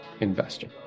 investor